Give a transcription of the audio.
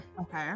Okay